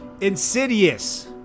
insidious